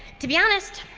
to be honest,